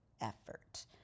effort